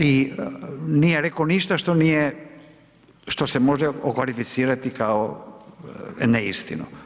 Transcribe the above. I nije rekao ništa što nije, što se može okvalificirati kao neistinu.